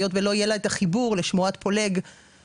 היות ולא יהיה לה את החיבור לשמורת פולג ולשמורת